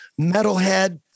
metalhead